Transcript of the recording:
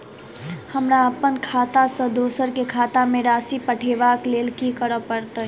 हमरा अप्पन खाता सँ दोसर केँ खाता मे राशि पठेवाक लेल की करऽ पड़त?